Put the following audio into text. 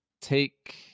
take